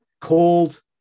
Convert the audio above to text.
called